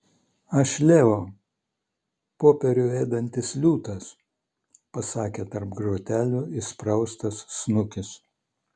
aš leo popierių ėdantis liūtas pasakė tarp grotelių įspraustas snukis